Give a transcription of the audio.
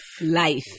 Life